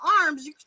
arms